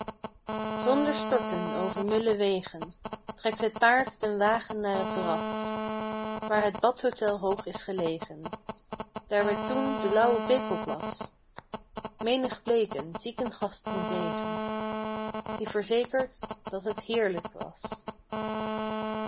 zonder storten over mulle wegen trekt het paard den wagen naar t terras waar het badhotel hoog is gelegen daar werd toen de lauwe pekelplas menig bleeken zieken gast ten zegen die verzekert dat het heerlijk was